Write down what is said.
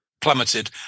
plummeted